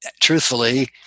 truthfully